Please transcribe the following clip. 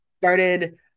started